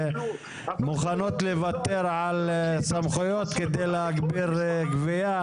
מוכנות לוותר על סמכויות כדי להגביר גבייה.